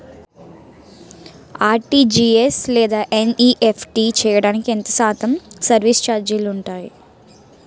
RTGS లేదా NEFT చేయడానికి ఎంత శాతం సర్విస్ ఛార్జీలు ఉంటాయి?